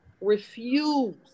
refuse